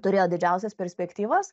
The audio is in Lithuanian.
turėjo didžiausias perspektyvas